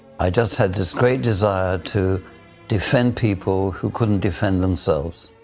i just had this great desire to defend people who couldn't defend themselves.